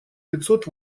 пятьсот